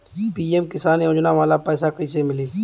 PM Kisan योजना वाला पैसा कईसे मिली?